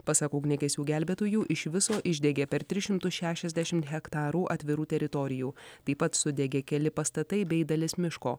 pasak ugniagesių gelbėtojų iš viso išdegė per tris šimtus šešiasdešim hektarų atvirų teritorijų taip pat sudegė keli pastatai bei dalis miško